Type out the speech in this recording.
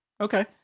Okay